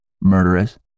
murderous